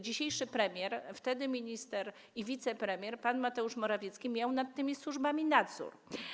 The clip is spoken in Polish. Dzisiejszy premier, wtedy minister i wicepremier, pan Mateusz Morawiecki miał nad tymi służbami nadzór.